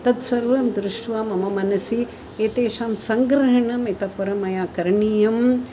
तत्सर्वं दृष्ट्वा मम मनसि एतेषां सङ्ग्रहणं इतःपरं मया करणीयम्